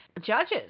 judges